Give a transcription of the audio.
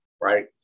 right